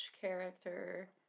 character